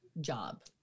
job